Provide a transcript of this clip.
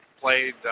played